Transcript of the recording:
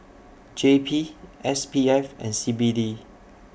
J P S P F and C B D